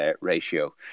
ratio